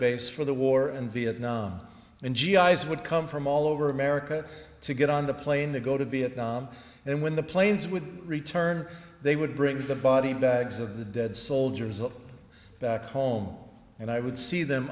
base for the war in vietnam and g i s would come from all over america to get on the plane to go to vietnam and when the planes would return they would bring the body bags of the dead soldiers of back home and i would see them